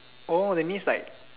oh that means like